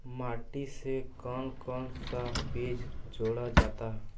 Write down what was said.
माटी से कौन कौन सा बीज जोड़ा जाता है?